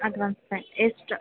ಅಡ್ವಾನ್ಸೇ ಎಷ್ಟು